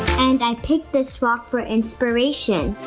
and i picked this spot for inspiration.